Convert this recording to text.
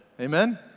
Amen